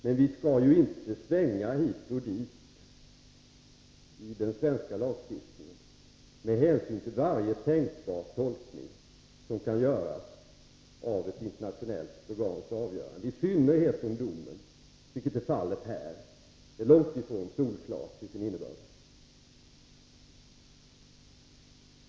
Men det skall inte svänga hit och dit i den svenska lagstiftningen med hänsyn till varje tänkbar tolkning som kan göras av ett internationellt organs avgörande — i synnerhet om domen, vilket är fallet här, är långt ifrån solklar till sin innebörd.